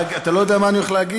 אתה לא יודע מה אני הולך להגיד.